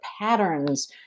patterns